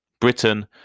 Britain